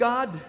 God